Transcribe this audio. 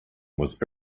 was